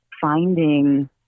finding